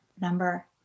number